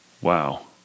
Wow